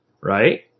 right